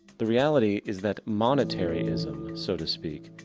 the reality is that monetary-ism, so to speak,